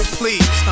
please